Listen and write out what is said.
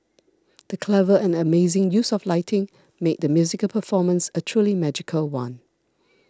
the clever and amazing use of lighting made the musical performance a truly magical one